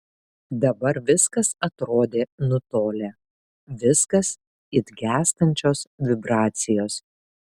dabar viskas atrodė nutolę viskas it gęstančios vibracijos